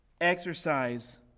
exercise